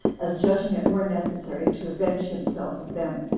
as judging it more necessary to avenge himself of them,